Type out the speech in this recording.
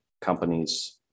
companies